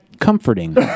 comforting